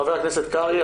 חבר הכנסת קרעי.